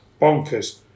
Bonkers